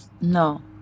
No